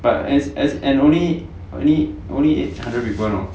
but as as an only only only eight hundred people know